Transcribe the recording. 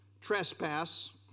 trespass